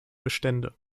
bestände